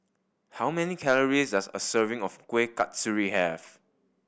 how many calories does a serving of Kuih Kasturi have